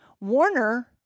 Warner